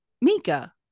Mika